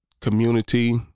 community